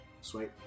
sweet